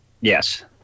Yes